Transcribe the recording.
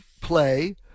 play